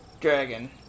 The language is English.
dragon